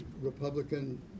Republican